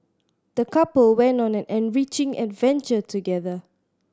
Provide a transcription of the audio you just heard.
the couple went on an enriching adventure together